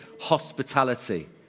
hospitality